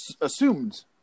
assumed